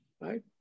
Right